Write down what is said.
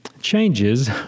changes